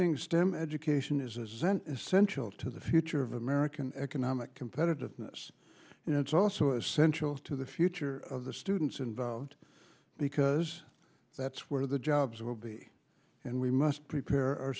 ning stem education is a zent in a sense still to the future of american economic competitiveness and it's also essential to the future of the students involved because that's where the jobs will be and we must prepare our